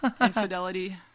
Infidelity